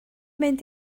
mynd